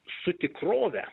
su tikrove